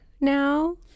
now